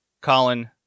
Colin